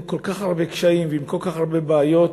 עם כל כך הרבה קשיים ועם כל כך הרבה בעיות,